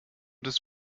des